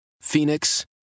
Phoenix